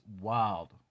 wild